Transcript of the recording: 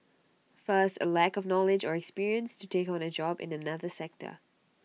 first A lack of knowledge or experience to take on A job in another sector